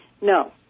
No